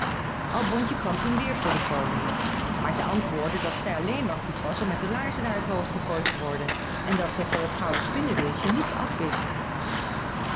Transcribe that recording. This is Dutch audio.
albontje kwam toen weer voor den koning maar zij antwoordde dat zij alléén maar goed was om met de laarzen naar het hoofd gegooid te worden en dat zij van het gouden spinnewieltje niets afwist